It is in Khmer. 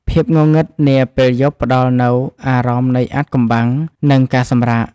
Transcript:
ភាពងងឹតនាពេលយប់ផ្តល់នូវអារម្មណ៍នៃអាថ៌កំបាំង និងការសម្រាក។